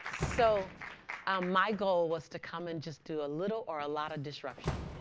so my goal was to come and just do a little or a lot of disruption.